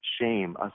shame